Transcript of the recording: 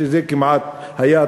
שזה כמעט היה,